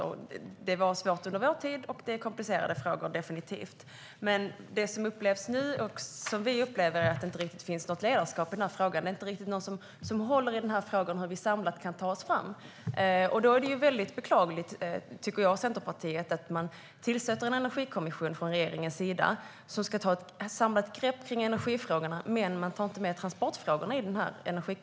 Det var svårt under vår tid, och det är definitivt komplicerade frågor. Det som upplevs nu, och som vi upplever, är dock att det inte riktigt finns något ledarskap i frågan. Det är ingen som riktigt håller i frågan om hur vi samlat kan ta oss fram. Då tycker jag och Centerpartiet att det är väldigt beklagligt att man från regeringens sida tillsätter en energikommission som ska ta ett samlat grepp kring energifrågorna men inte tar med transportfrågorna.